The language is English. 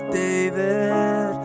david